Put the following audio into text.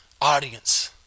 audience